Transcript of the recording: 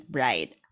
Bride